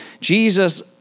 Jesus